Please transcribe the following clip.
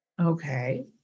Okay